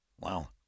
Wow